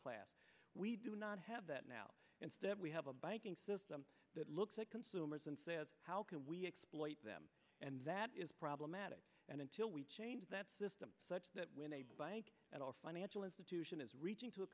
class we do not have that now instead we have a banking system that looks at consumers and says how can we exploit them and that is problematic and until we change that system such that at our financial institution is reaching to a